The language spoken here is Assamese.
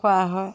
খোৱা হয়